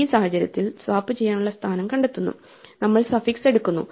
ഈ സാഹചര്യത്തിൽ സ്വാപ്പ് ചെയ്യാനുള്ള സ്ഥാനം കണ്ടെത്തുന്നുനമ്മൾ സഫിക്സ് എടുക്കുന്നു